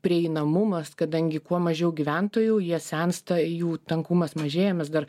prieinamumas kadangi kuo mažiau gyventojų jie sensta jų tankumas mažėja mes dar